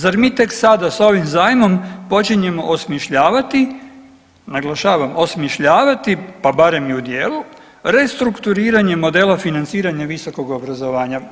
Zar mi tek sada sa ovim zajmom počinjemo osmišljavati, naglašavam osmišljavati pa barem i u dijelu restrukturiranje modela financiranja visokog obrazovanja.